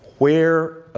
where